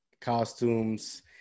costumes